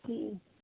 जी